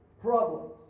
problems